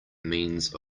means